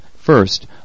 First